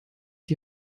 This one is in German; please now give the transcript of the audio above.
die